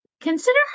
Consider